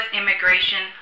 immigration